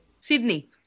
Sydney